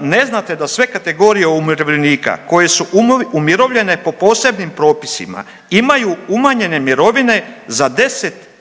ne znate da sve kategorije umirovljenika koje su umirovljene po posebnim propisima imaju umanjene mirovine za 10%